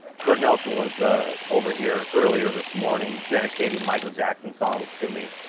kurt nelson was over here earlier this morning dedicated michael jackson songs to me.